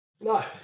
No